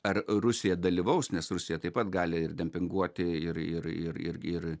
ar rusija dalyvaus nes rusija taip pat gali ir dempinguoti ir ir ir irgi ir